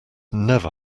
never